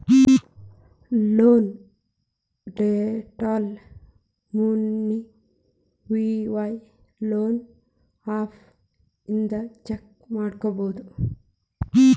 loan ಡೇಟೈಲ್ಸ್ನ Money View loans app ಇಂದ check ಮಾಡ್ಕೊಬೋದು